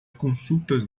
consultas